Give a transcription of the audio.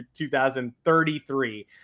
2033